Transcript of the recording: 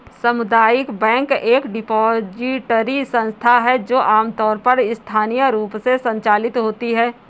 सामुदायिक बैंक एक डिपॉजिटरी संस्था है जो आमतौर पर स्थानीय रूप से संचालित होती है